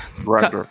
Right